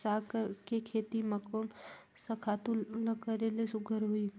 साग के खेती म कोन स खातु ल करेले सुघ्घर होही?